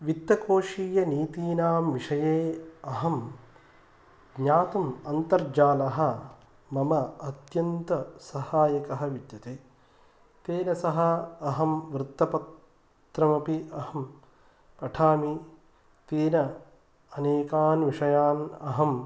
वित्तकोषीयनीतीनां विषये अहं ज्ञातुम् अन्तर्जालः मम अत्यन्तसहायकः विद्यते तेन सह अहं वृत्तपत्रमपि अहं पठामि तेन अनेकान् विषयान् अहम्